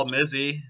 Mizzy